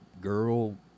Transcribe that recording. girl